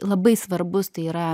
labai svarbus tai yra